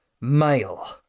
male